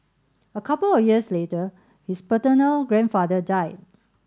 a couple of years later his paternal grandfather died